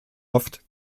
oft